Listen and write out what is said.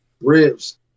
ribs